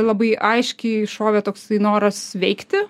labai aiškiai šovė toksai noras veikti